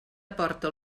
aporta